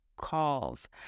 calls